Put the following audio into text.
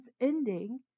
ending